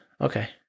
Okay